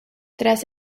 tras